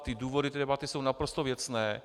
Ty důvody debaty jsou naprosto věcné.